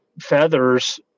feathers